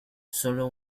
sólo